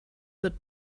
wird